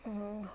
অঁ